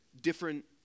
different